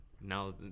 now